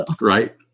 Right